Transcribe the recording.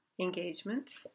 engagement